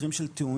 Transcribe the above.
מקרים של תאונות,